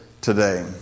today